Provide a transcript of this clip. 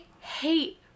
hate